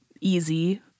easy